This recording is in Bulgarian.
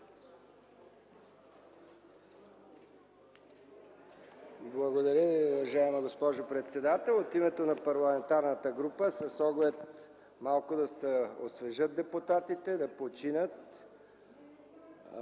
Благодаря Ви, уважаема госпожо председател. От името на парламентарната група, с оглед малко да се освежат депутатите, да починат,